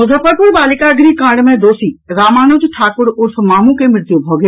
मुजफ्फरपुर बालिका गृह कांड मे दोषी रामानुज ठाकुर उर्फ मामू के मृत्यु भऽ गेल